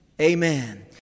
amen